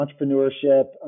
entrepreneurship